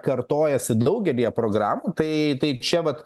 kartojasi daugelyje programų tai tai čia vat